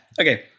Okay